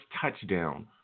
touchdown